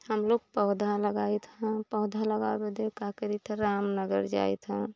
हम लोग पौधा लगाइ थ पौधा लगावे देब का करित ह राम नगर जाइत ह